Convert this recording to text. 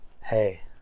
hey